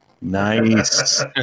Nice